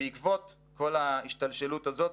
בעקבות כל ההשתלשלות הזאת,